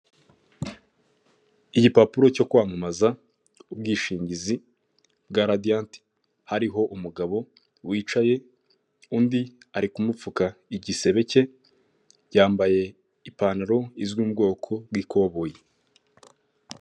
Igipapuro cyo kwamamaza ubwishingizi bwa radiyante hariho umugabo wicaye undi ari kumupfuka igisebe cye yambaye ipantaro izwi mu bwoko bw'ikoboyi.